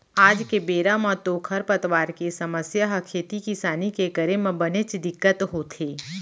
आज के बेरा म तो खरपतवार के समस्या ह खेती किसानी के करे म बनेच दिक्कत होथे